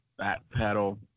backpedal